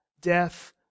death